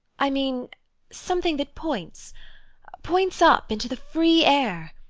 i mean something that points points up into the free air.